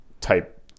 type